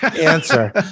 answer